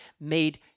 made